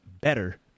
better